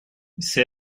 ces